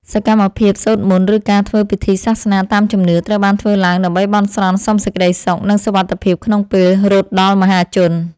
សកម្មភាពសូត្រមន្ត ឬការធ្វើពិធីសាសនាតាមជំនឿ ត្រូវបានធ្វើឡើងដើម្បីបន់ស្រន់សុំសេចក្ដីសុខ និងសុវត្ថិភាពក្នុងពេលរត់ដល់មហាជន។